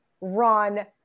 run